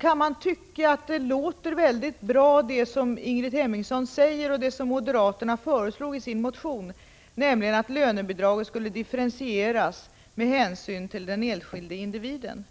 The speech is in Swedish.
kan man tycka att det som Ingrid Hemmingsson säger och som moderaterna föreslog i sin motion låter väldigt bra, nämligen att lönebidraget skulle differentieras med hänsyn till den enskilde individen.